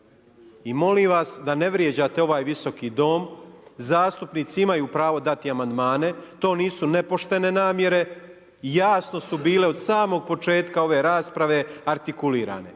I molim vas da ne vrijeđate ovaj visoki dom, zastupnici imaju pravo dati amandmane, to su nisu nepoštene namjere. Jasno su bile od samog početka ove rasprave artikulirane.